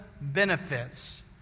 benefits